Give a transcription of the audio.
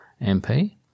MP